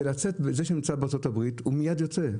זה שנמצא בארצות הברית הוא מיד יוצא,